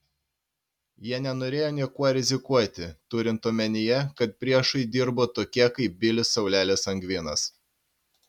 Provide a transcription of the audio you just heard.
jie nenorėjo niekuo rizikuoti turint omenyje kad priešui dirbo tokie kaip bilis saulelė sangvinas